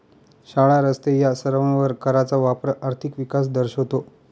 शाळा, रस्ते या सर्वांवर कराचा वापर आर्थिक विकास दर्शवतो